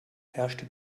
herrschte